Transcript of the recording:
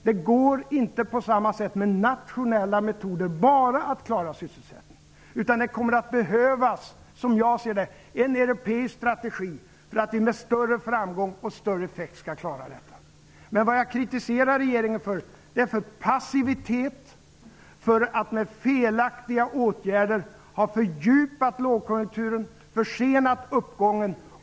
Det går inte på samma sätt att bara tillämpa nationella metoder för att klara sysselsättningen, utan det kommer att behövas -- som jag ser det -- en europeisk strategi för att vi med större framgång skall klara den uppgiften. Vad jag kritiserar regeringen för är passivitet, för att med felaktiga åtgärder ha fördjupat lågkonjunkturen och försenat uppgången.